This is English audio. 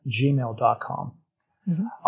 gmail.com